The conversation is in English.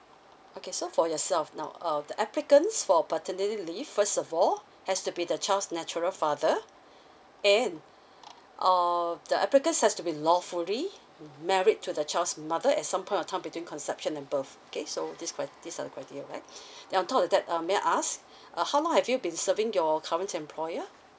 okay so for yourself now uh the applicants for paternity leave first of all has to be the child's natural father and uh the applicant has to be lawfully married to the child's mother at some point of time between conception and birth okay so this cri~ these are the criteria alright now on top of that um may I ask uh how long have you been serving your current employer